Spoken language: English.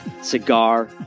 Cigar